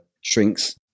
shrinks